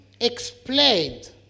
explained